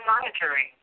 monitoring